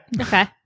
Okay